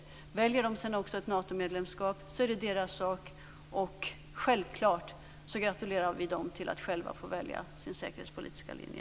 Om de sedan också väljer ett Natomedlemskap är det deras sak. Självfallet gratulerar vi dem till att själva få välja sin säkerhetspolitiska linje.